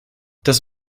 das